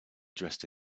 dressed